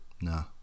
No